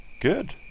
Good